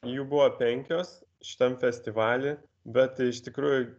jų buvo penkios šitam festivaly bet iš tikrųjų